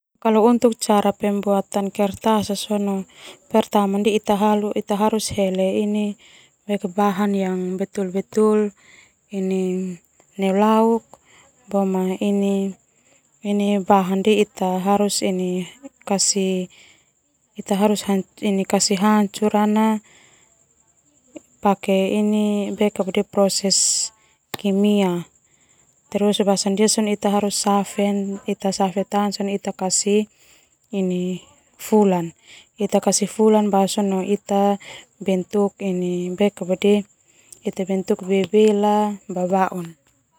Kalau untuk cara pembuatan kertas hele bahan yang nelauk ita harus kasih hancur pake proses kimia basasona ita safe basa sona kasih fula bentuk bebela babau.